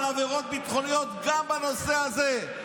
עבירות ביטחוניות גם בנושא הזה.